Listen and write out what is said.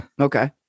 Okay